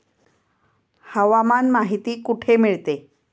हवामान माहिती कुठे मिळते?